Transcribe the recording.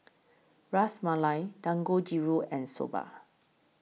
Ras Malai Dangojiru and Soba